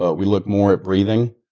ah we look more at breathing.